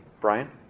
Brian